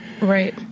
Right